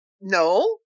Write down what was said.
No